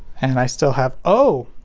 and i still have oh!